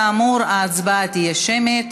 כאמור, ההצבעה תהיה שמית.